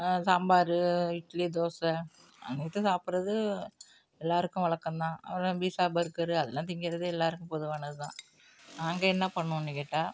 சாம்பார் இட்லி தோசை அனைத்து சாப்பிடறது எல்லோருக்கும் வழக்கம்தான் அப்புறம் பீசா பர்கர்ரு அதெல்லாம் திங்கிறது எல்லோருக்கும் பொதுவானதுதான் நாங்கள் என்ன பண்ணுவோம்னு கேட்டால்